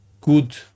good